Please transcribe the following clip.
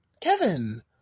Kevin